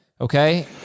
Okay